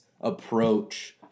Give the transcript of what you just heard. approach